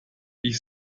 ich